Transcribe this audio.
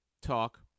talk